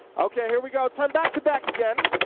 okay, here we go. turn back to back again.